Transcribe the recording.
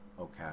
Okay